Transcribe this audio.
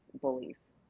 bullies